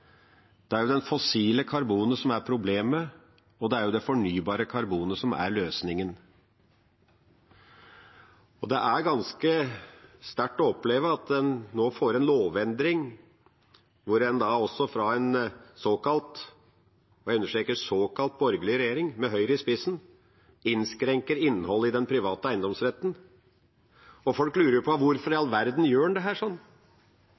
Det er det fossile karbonet som er problemet, og det er det fornybare karbonet som er løsningen. Det er ganske sterkt å oppleve at en nå får en lovendring hvor en også fra en såkalt – og jeg understreker såkalt – borgerlig regjering med Høyre i spissen innskrenker innholdet i den private eiendomsretten. Og folk lurer på: Hvorfor i all verden gjør en dette? Men det